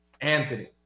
Anthony